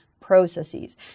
processes